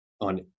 on